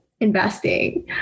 Investing